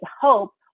hope